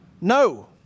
No